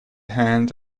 hand